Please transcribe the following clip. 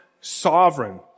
sovereign